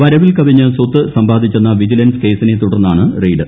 വരവിൽ കവിഞ്ഞ് സ്വത്ത് സമ്പാദിച്ചെന്ന വിജിലൻസ് കേസിനെ തുടർന്നാണ് റെയ്ഡ്